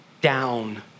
down